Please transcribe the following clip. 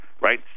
right